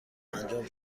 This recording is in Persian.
انجام